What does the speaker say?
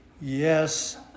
yes